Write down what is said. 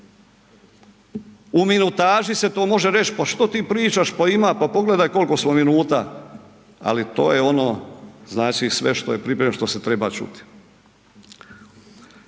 U minutaži se to može reći, pa što ti pričaš, pa ima, pa pogledaj koliko smo minuta, ali to je ono znači sve što je pripremljeno, što se treba čuti.